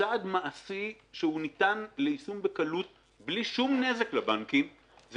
כצעד מעשי שניתן ליישום בקלות בלי שום נזק לבנקים זה